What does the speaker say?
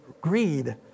greed